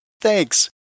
Thanks